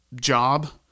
job